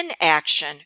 Inaction